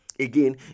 Again